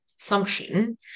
assumption